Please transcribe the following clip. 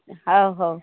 ହଉ ହଉ